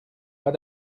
pas